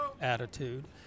attitude